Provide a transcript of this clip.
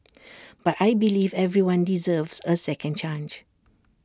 but I believe everyone deserves A second chance